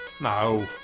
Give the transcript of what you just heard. No